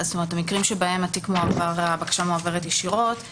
המקרים בהם הבקשה מועברת ישירות.